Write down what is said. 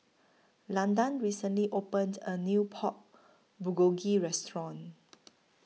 Landan recently opened A New Pork Bulgogi Restaurant